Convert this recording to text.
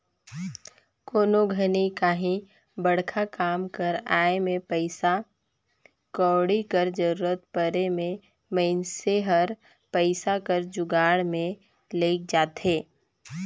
कोनो घनी काहीं बड़खा काम कर आए में पइसा कउड़ी कर जरूरत परे में मइनसे हर पइसा कर जुगाड़ में लइग जाथे